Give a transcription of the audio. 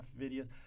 videos